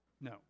No